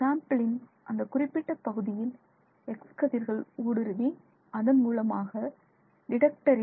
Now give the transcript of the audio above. சாம்பிளின் அந்த குறிப்பிட்ட பகுதியில் எக்ஸ் கதிர்கள் ஊடுருவி அதன் மூலமாக டிடக்டரில் detector